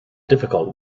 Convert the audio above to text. difficult